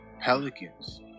Pelicans